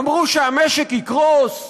אמרו לנו שהמשק יקרוס,